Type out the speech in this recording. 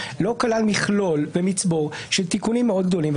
לא כלל מכלול ומצבור של תיקונים מאוד גדולים.